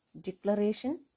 declaration